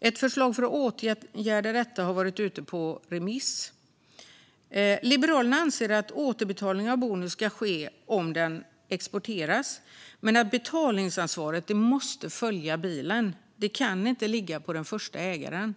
Ett förslag för att åtgärda detta har varit ute på remiss. Liberalerna anser att återbetalning av bonus ska ske om bilen exporteras, men betalningsansvaret måste följa bilen. Det kan inte ligga på den första ägaren.